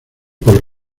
por